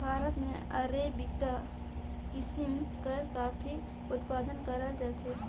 भारत में अरेबिका किसिम कर काफी उत्पादन करल जाथे